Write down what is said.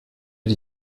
die